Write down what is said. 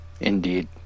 Indeed